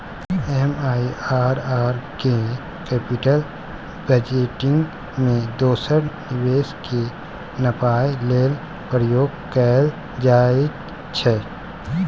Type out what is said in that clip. MIRR केँ capital budgeting मे दोसर निबेश केँ नापय लेल प्रयोग कएल जाइत छै